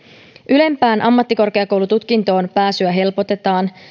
ylempään ammattikorkeakoulututkintoon pääsyä helpotetaan